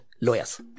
lawyers